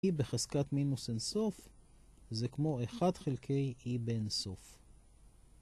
E בחזקת מינוס אינסוף זה כמו 1 חלקי E באינסוף.